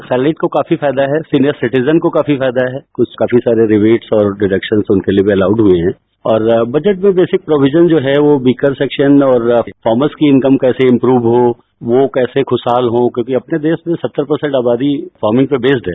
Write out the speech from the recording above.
salaries को काफी फायदा है और सीनियर सिटीजन को काफी फायदा है और कुछ काफी सारे रिवेटस और डिडैक्षन उनके लिए भी एलाउड हुए हैं और बजट में जैसे प्रोविजन जो है वह बीकर सेक्षन के लिए और फामर्स की इनकम कैसे इन्य्रढ हो वह कैसे ख्यहाल हों क्योंकि अपने देष में सत्तर प्रतिषत आबादी फामर्स पर बेस्ड है